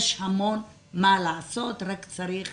יש המון מה לעשות, רק צריך